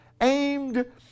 aimed